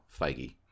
Feige